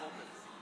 החוק הזה.